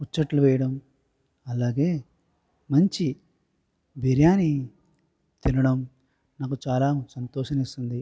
ముచ్చట్లు వేయడం అలాగే మంచి బిర్యాని తినడం నాకు చాలా సంతోషాన్నిస్తుంది